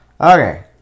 Okay